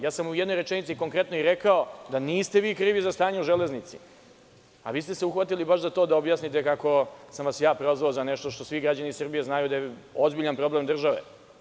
Ja sam u jednoj rečenici, konkretno i rekao da niste vi krivi za stanje u železnici, a vi ste se uhvatili baš za to da objasnite kako sam vas ja prozvao za nešto što svi građani Srbije znaju da je ozbiljan problem države.